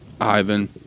Ivan